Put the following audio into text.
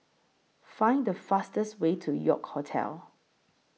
Find The fastest Way to York Hotel